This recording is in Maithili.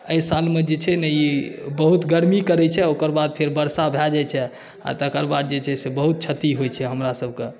एहि सालमे जे छै ने ई बहुत गरमी करै छै आ ओकर बाद फेर बरसा भए जाइ छै आ तकर बाद जे छै से बहुत क्षति होइ छै हमरा सबके